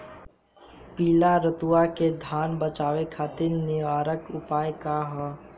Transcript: पीला रतुआ से धान बचावे खातिर निवारक उपाय का ह?